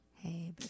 Hey